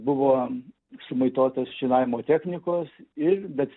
buvo sumaitotas šienavimo technikos ir bet